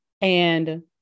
And-